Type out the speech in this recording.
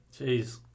Jeez